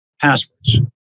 passwords